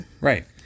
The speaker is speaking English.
Right